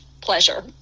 pleasure